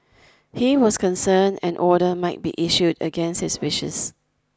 he was concerned an order might be issued against his wishes